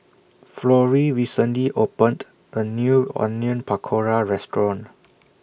Florrie recently opened A New Onion Pakora Restaurant